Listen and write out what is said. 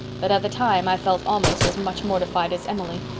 but at the time i felt almost as much mortified as emily.